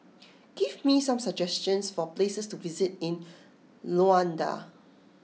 give me some suggestions for places to visit in Luanda